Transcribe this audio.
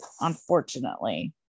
Unfortunately